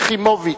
יחימוביץ?